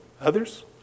Others